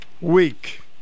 week